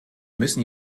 müssen